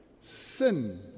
sin